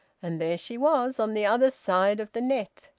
and there she was on the other side of the net!